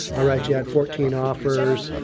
ah right, you had fourteen offers,